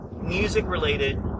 music-related